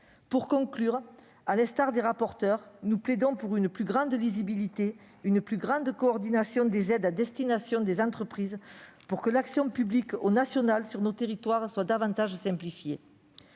Pour conclure, à l'instar des rapporteurs, nous plaidons pour une plus grande lisibilité, une plus grande coordination des aides à destination des entreprises et pour que l'action publique, au niveau national comme sur nos territoires, soit encore simplifiée.